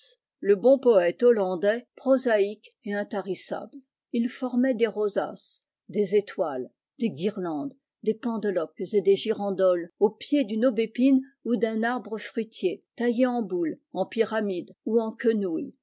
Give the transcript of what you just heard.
le bon poète hollandais prosaïque et intarissable ils formaient des rosaces des étoiles des guirlandes des pendeloques et des girandoles au pied d'une aubépine ou d'un arbre fruitier taillé en boule en pyramide ou en quenouille